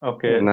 Okay